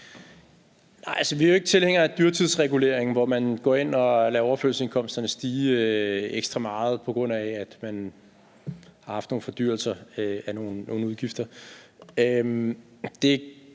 vi er jo ikke tilhængere af dyrtidsregulering, hvor man går ind og lader overførselsindkomsterne stige ekstra meget, på grund af at man har haft nogle fordyrelser af nogle udgifter.